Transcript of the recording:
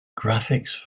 graphics